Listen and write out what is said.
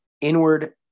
inward